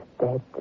dead